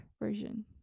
version